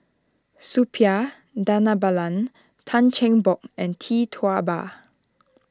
Suppiah Dhanabalan Tan Cheng Bock and Tee Tua Ba